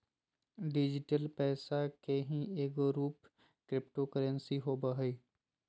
digital पैसा के ही एगो रूप क्रिप्टो करेंसी होवो हइ